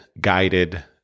guided